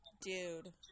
Dude